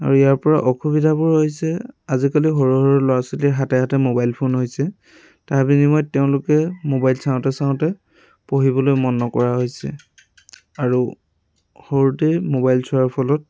আৰু ইয়াৰপৰা অসুবিধাবোৰ হৈছে আজিকালি সৰু সৰু লৰা ছোৱালী হাতে হাতে ম'বাইল ফোন হৈছে তাৰ বিনিময়ত তেওঁলোকে ম'বাইল চাওঁতে চাওঁতে পঢ়িবলৈ মন নকৰা হৈছে আৰু সৰুতে মবাইল চোৱাৰ ফলত